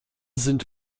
sind